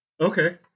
Okay